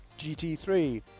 GT3